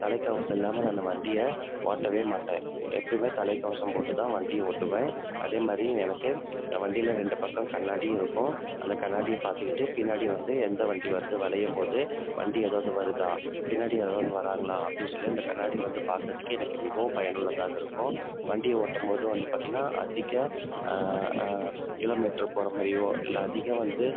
தலைக்கவசம் இல்லாமல் நான் இந்த வண்டியை ஒட்டவே மாட்டேன் எப்பயுமே தலைக்கவசம் போட்டு தான் வண்டியை ஓட்டுவேன் அதே மாதிரி எனக்கு என் வண்டியில் ரெண்டு பக்கம் கண்ணாடியும் இருக்கும் அந்த கண்ணாடியை பார்த்துக்கிட்டே பின்னாடி வந்து எந்த வண்டி வருது வளையும் போது வண்டி ஏதாவது வருதா பின்னாடி ஏதாவது வராங்களா அப்படின்னு சொல்லி அந்த கண்ணாடியை வந்து பார்க்கறதுக்கே எனக்கு மிகவும் பயனுள்ளதாக இருக்கும் வண்டியை ஓட்டும் போதும் வந்து பார்த்தீங்கன்னா அதிக கிலோமீட்ரு போகிற மாதிரியோ இல்லை அதிகம் வந்து